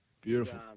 Beautiful